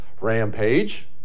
rampage